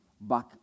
back